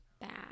bad